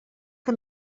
que